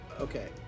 Okay